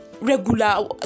regular